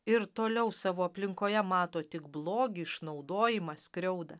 ir toliau savo aplinkoje mato tik blogį išnaudojimą skriaudą